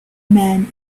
man